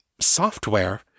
software